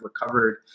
recovered